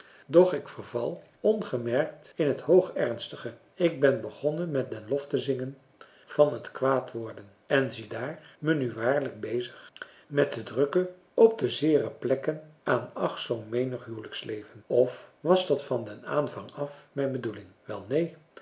doch ik verval ongemerkt in het hoogeernstige ik ben befrançois haverschmidt familie en kennissen gonnen met den lof te zingen van het kwaadworden en ziedaar me nu waarlijk bezig met te drukken op de zeere plekken aan ach zoo menig huwelijksleven of was dat van den aanvang af mijn bedoeling wel neen